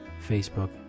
Facebook